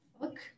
Look